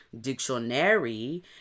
dictionary